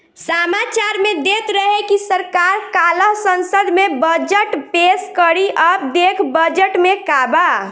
सामाचार में देत रहे की सरकार काल्ह संसद में बजट पेस करी अब देखऽ बजट में का बा